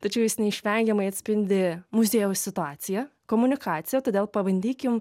tačiau jis neišvengiamai atspindi muziejaus situaciją komunikaciją todėl pabandykim